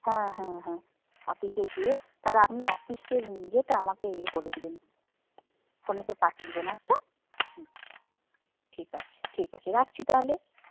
হ্যাঁ হ্যাঁ হ্যাঁ অফিসে গিয়ে তাহলে আপনি অফিসের ইয়েটা আমাকে এ করে দেবেন ফোনেতে পাঠিয়ে দেবেন আচ্ছা হুম ঠিক আছে ঠিক আছে রাখছি তাহলে